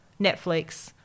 Netflix